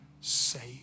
saved